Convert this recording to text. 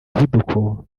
muvuduko